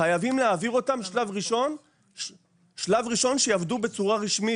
חייבים להעביר אותם בשלב ראשון שהם יעבדו בצורה רשמית,